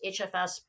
HFS